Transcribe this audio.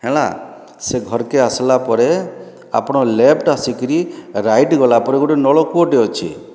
ହେଲା ସେ ଘର୍କେ ଆସିଲା ପରେ ଆପଣ ଲେଫ୍ଟ ଆସିକିରି ରାଇଟ୍ ଗଲାପରେ ଗୋଟେ ନଳକୂଅଟେ ଅଛି